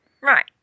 Right